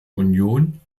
union